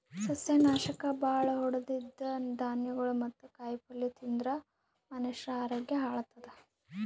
ಸಸ್ಯನಾಶಕ್ ಭಾಳ್ ಹೊಡದಿದ್ದ್ ಧಾನ್ಯಗೊಳ್ ಮತ್ತ್ ಕಾಯಿಪಲ್ಯ ತಿಂದ್ರ್ ಮನಷ್ಯರ ಆರೋಗ್ಯ ಹಾಳತದ್